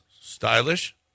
Stylish